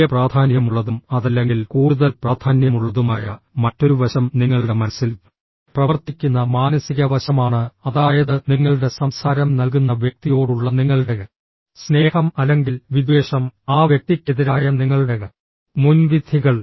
തുല്യ പ്രാധാന്യമുള്ളതും അതല്ലെങ്കിൽ കൂടുതൽ പ്രാധാന്യമുള്ളതുമായ മറ്റൊരു വശം നിങ്ങളുടെ മനസ്സിൽ പ്രവർത്തിക്കുന്ന മാനസിക വശമാണ് അതായത് നിങ്ങളുടെ സംസാരം നൽകുന്ന വ്യക്തിയോടുള്ള നിങ്ങളുടെ സ്നേഹം അല്ലെങ്കിൽ വിദ്വേഷം ആ വ്യക്തിക്കെതിരായ നിങ്ങളുടെ മുൻവിധികൾ